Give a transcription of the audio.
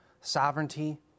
sovereignty